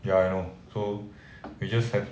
ya I know so we just have